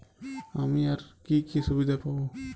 আমি আর কি কি সুবিধা পাব?